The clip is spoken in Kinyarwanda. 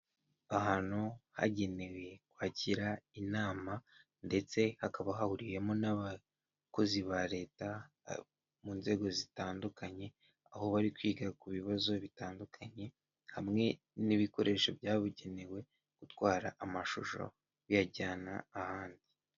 Ahantu hagenewe kwakira inama ndetse hakaba hahuriyemo n'abakozi ba leta mu nzego zitandukanye aho bari kwiga ku bibazo bitandukanye, hamwe n'ibikoresho byabugenewe gutwara amashusho biyajyana ahandi.